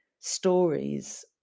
stories